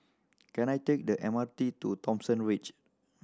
can I take the M R T to Thomson Ridge